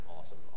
awesome